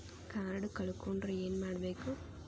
Card ಕಳ್ಕೊಂಡ್ರ ಏನ್ ಮಾಡಬೇಕು?